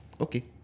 Okay